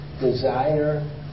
desire